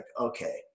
okay